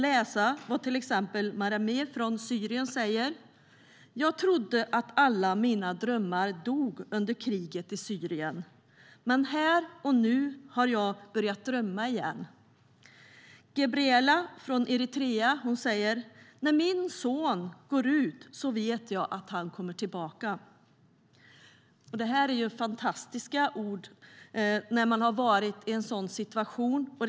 Men här och nu har jag börjat drömma igen. Ghebriela från Eritrea säger: När min son går ut vet jag att han kommer tillbaka. Detta är fantastiska ord från någon som har varit i en sådan situation.